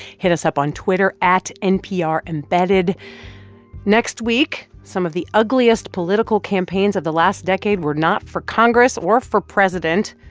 hit us up on twitter at nprembedded. next week, some of the ugliest political campaigns of the last decade were not for congress or for president.